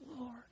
Lord